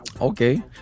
Okay